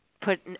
Put